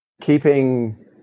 keeping